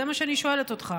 זה מה שאני שואלת אותך.